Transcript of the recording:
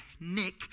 nick